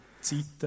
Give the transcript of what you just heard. Zeiten